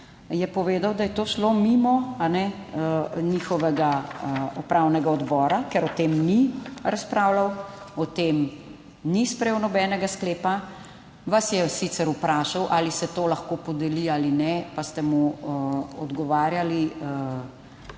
je povedal, da je to šlo mimo njihovega upravnega odbora, ker o tem ni razpravljal, o tem ni sprejel nobenega sklepa, vas je sicer vprašal ali se to lahko podeli ali ne, pa ste mu odgovarjali,